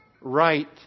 right